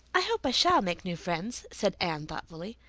i hope i shall make new friends, said anne thoughtfully.